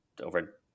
over